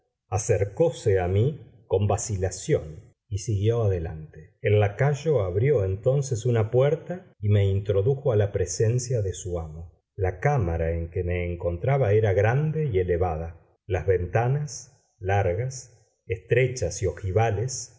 perplejidad acercóse a mí con vacilación y siguió adelante el lacayo abrió entonces una puerta y me introdujo a la presencia de su amo la cámara en que me encontraba era grande y elevada las ventanas largas estrechas y ojivales